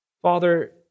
Father